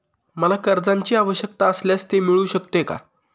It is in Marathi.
मला कर्जांची आवश्यकता असल्यास ते मिळू शकते का?